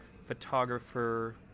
photographer